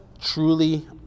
truly